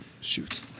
Shoot